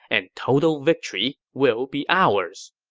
and total victory will be ours.